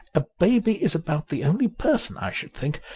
a baby is about the only person, i should think,